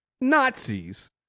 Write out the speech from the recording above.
Nazis